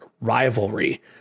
rivalry